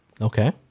Okay